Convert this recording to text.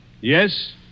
Yes